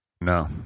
No